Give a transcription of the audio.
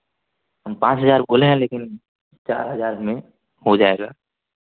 हम पाँच हज़ार बोले हैं लेकिन चार हज़ार में हो जाएगा